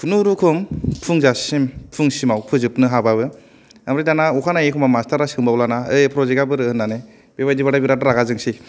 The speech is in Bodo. खुनुनरुखुम फुंजासिम फुंसिमाव फोजोबनो हाबाबो ओमफ्राय दाना अखा नायै मास्टारा सोंबावलाना ओइ प्रजेक्टा बोरो होननानै बेबादिब्लाथाय बिराद रागा जोंनोसै